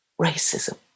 racism